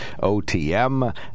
OTM